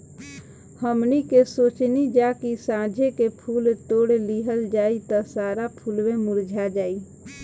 हमनी के सोचनी जा की साझे के फूल तोड़ लिहल जाइ त सारा फुलवे मुरझा जाइ